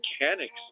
mechanics